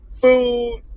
food